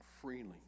Freely